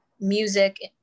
music